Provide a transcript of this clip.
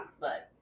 But-